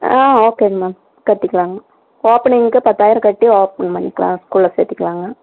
ஆ ஓகேங்க மேம் கட்டிக்கலாம்ங்க ஓப்பனிங்குக்கு பத்தாயிரம் கட்டி ஓப்பன் பண்ணிக்கலாம் ஸ்கூலில் சேத்துக்கலாங்க